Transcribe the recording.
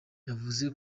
yavuze